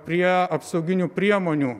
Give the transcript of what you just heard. prie apsauginių priemonių